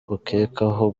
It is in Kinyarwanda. ukekwaho